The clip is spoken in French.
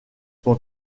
son